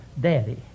daddy